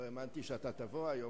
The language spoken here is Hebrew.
לא האמנתי שתבוא היום,